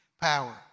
power